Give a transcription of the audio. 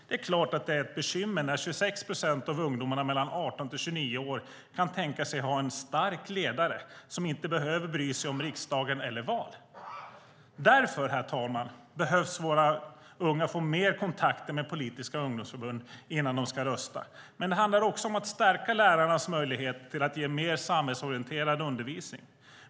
Det är klart att det är ett bekymmer när 26 procent av ungdomar i åldern 18-29 år kan tänka sig att ha en stark ledare som inte behöver bry sig om riksdagen eller val. Därför, herr talman, behöver våra unga få mer kontakter med politiska ungdomsförbund innan de ska rösta. Det handlar också om att stärka lärarnas möjligheter att ge mer av samhällsorienterad undervisning.